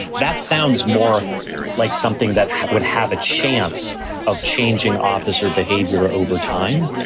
that sounds more like something that would have a chance of changing officer behavior over time.